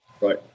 Right